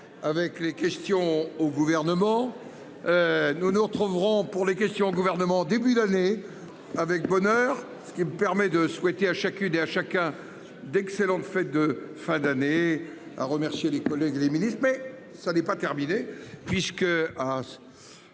Avec les questions au gouvernement. Nous nous retrouverons pour les questions au gouvernement en début d'année avec bonheur. Ce qui me permet de souhaiter à chacune et à chacun d'excellentes fêtes de fin d'année à remercier les collègues, les milices mais ça n'est pas terminée